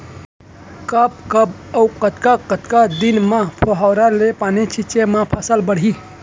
कब कब अऊ कतका कतका दिन म फव्वारा ले पानी छिंचे म फसल बाड़ही?